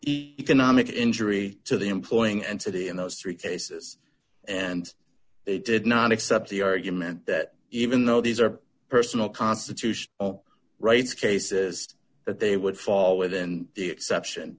economic injury to the employing entity in those three cases and they did not accept the argument that even though these are personal constitution rights cases that they would fall within the exception